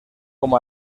com